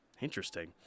Interesting